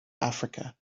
africa